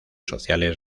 sociales